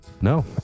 No